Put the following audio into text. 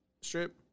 strip